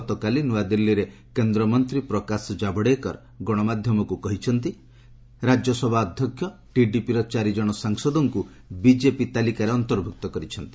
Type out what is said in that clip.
ଗତକାଲି ନୂଆଦିଲ୍ଲୀରେ କେନ୍ଦ୍ରମନ୍ତ୍ରୀ ପ୍ରକାଶ ଜାଭଡ଼େକର ଗଣମାଧ୍ୟମକୁ କହିଛନ୍ତି ରାଜ୍ୟସଭା ଅଧ୍ୟକ୍ଷ ଟିଡିପିର ଚାରିଜଣ ସାଂସଦଙ୍କୁ ବିଜେପି ତାଲିକାରେ ଅନ୍ତର୍ଭୁକ୍ତ କରିଛନ୍ତି